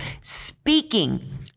speaking